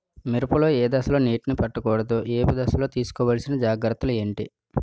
మిరప లో ఏ దశలో నీటినీ పట్టకూడదు? ఏపు దశలో తీసుకోవాల్సిన జాగ్రత్తలు ఏంటి?